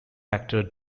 actor